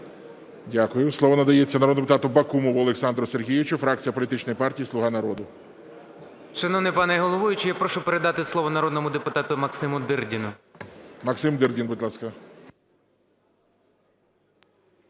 Дякую. Слово надається народному депутату Бакумову Олександру Сергійовичу, фракція політичної партії "Слуга народу". 11:00:59 БАКУМОВ О.С. Шановний пане головуючий, я прошу передати слово народному депутату Максиму Дирдіну. ГОЛОВУЮЧИЙ. Максим Дирдін, будь ласка.